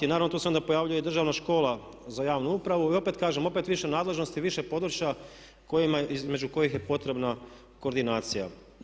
Naravno tu se onda pojavljuje i državna škola za javnu upravu i opet kažem opet više nadležnosti, više područja između kojih je potrebna koordinacija.